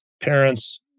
parents